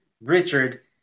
Richard